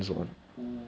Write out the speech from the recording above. bobo